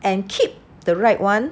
and keep the right [one]